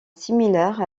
similaire